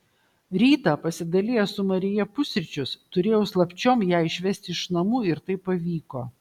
rytą pasidalijęs su marija pusryčius turėjau slapčiom ją išvesti iš namų ir tai pavyko